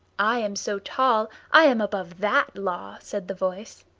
i am so tall i am above that law, said the voice.